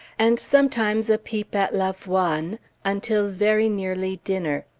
and sometimes a peep at lavoisne, until very nearly dinner.